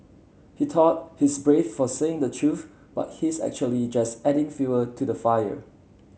he thought he's brave for saying the truth but he's actually just adding fuel to the fire